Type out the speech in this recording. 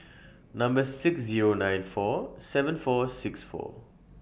Number six Zero nine four seven four six four